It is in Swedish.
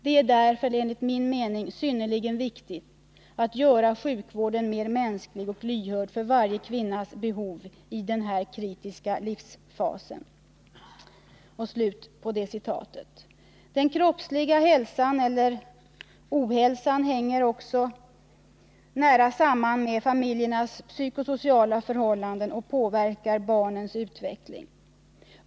Det är därför, enligt min mening, synnerligen viktigt att göra sjukvården mer mänsklig och lyhörd för varje kvinnas behov i denna kritiska livsfas.” Den kroppsliga hälsan eller ohälsan hänger också nära samman med familjernas psyko-sociala förhållanden och påverkar barnens utveckling.